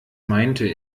meinte